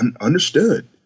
Understood